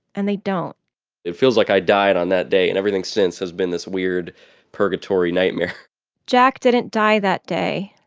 and they don't it feels like i died on that day, and everything since has been this weird purgatory nightmare jack didn't die that day.